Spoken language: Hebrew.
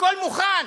הכול מוכן.